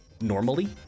normally